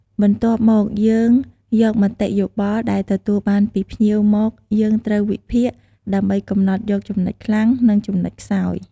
បន្ទាប់មកយើងយកមតិយោបល់ដែលទទួលបានពីភ្ញៀវមក យើងត្រូវវិភាគ ដើម្បីកំណត់យកចំណុចខ្លាំង និងចំណុចខ្សោយ។